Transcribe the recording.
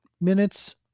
minutes